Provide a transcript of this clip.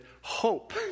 hope